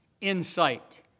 insight